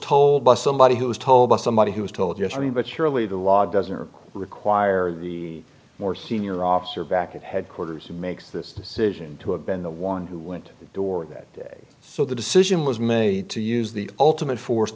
by somebody who was told by somebody who was told yes i mean but surely the law doesn't require the more senior officer back at headquarters who makes this decision to have been the one who went door that day so the decision was made to use the ultimate force